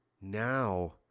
now